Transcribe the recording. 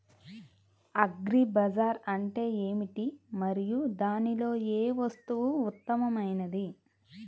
Agri Bazaar అంటే ఏమిటి మరియు దానిలో ఏ వస్తువు ఉత్తమమైనది?